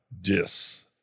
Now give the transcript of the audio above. dis